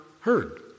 heard